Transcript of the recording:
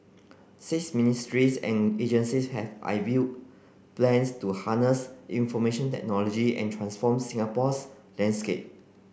six ministries and agencies have unveil plans to harness information technology and transform Singapore's landscape